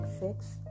six